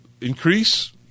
increase